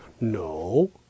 no